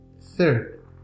Third